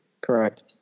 Correct